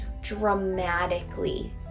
dramatically